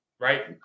Right